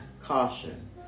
caution